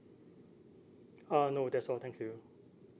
uh no that's all thank you